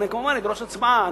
אני כמובן אדרוש הצבעה,